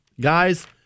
Guys